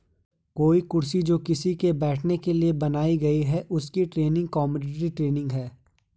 कोई कुर्सी जो किसी के बैठने के लिए बनाई गयी है उसकी ट्रेडिंग कमोडिटी ट्रेडिंग है